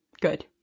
Good